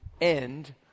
end